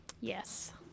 Yes